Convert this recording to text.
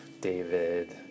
David